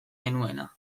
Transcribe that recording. genuena